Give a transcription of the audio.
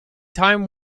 time